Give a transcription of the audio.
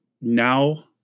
now